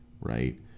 right